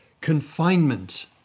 confinement